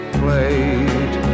played